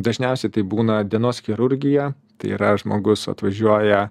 dažniausiai tai būna dienos chirurgija tai yra žmogus atvažiuoja